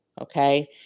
okay